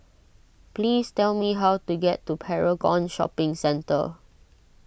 please tell me how to get to Paragon Shopping Centre